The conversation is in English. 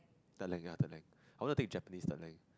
third lang ya third lang ya I want to take Japanese third lang